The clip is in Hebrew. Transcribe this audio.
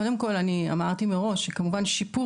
קודם כל אני אמרתי מראש שכמובן שיפור